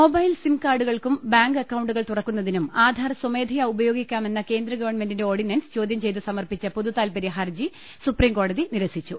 mobile sim കാർഡുകൾക്കും bank അക്കൌണ്ടുകൾ തുറക്കുന്നതിനും ആധാർ സ്വമേധയാ ഉപയോഗിക്കാമെന്ന കേന്ദ്ര ഗവൺമെന്റിന്റെ ഓർഡിനൻസ് ചോദ്യം ചെയ്ത് സമർപ്പിച്ച പൊതു താൽപ്പര്യ ഹർജി സുപ്രീംകോടതി നിരസിച്ചു